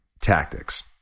tactics